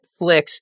Netflix